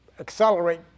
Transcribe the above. accelerate